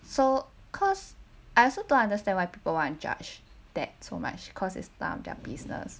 so cause I also don't understand why people want judge that so much because it's none of their business